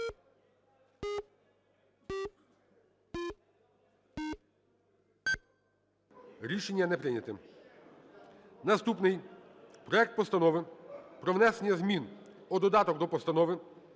Рішення не прийнято. Наступний: проект Постанови про внесення змін у додаток до Постанови